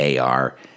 AR